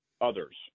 others